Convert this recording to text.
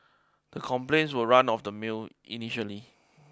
the complaints were run of the mill initially